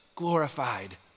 glorified